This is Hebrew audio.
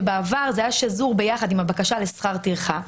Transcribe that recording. שבעבר היה שזור ביחד עם הבקשה לשכר טרחה.